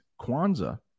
kwanzaa